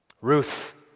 Ruth